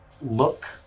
look